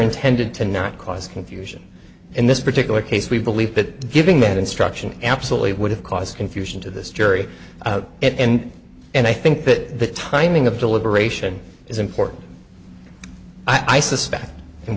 intended to not cause confusion in this particular case we believe that giving that instruction absolutely would have caused confusion to this jury and and i think that the timing of deliberation is important i suspect